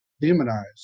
demonized